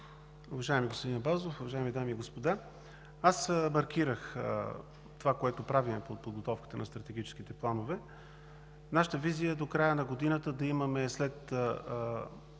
Уважаеми господин Абазов, уважаеми дами и господа! Маркирах това, което правим по подготовката на стратегическите планове. Нашата визия е до края на годината да имаме – след